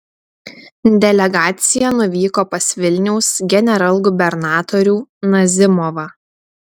delegacija nuvyko pas vilniaus generalgubernatorių nazimovą